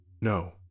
No